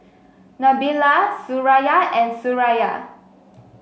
Nabila Suraya and Suraya